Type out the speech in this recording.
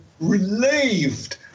relieved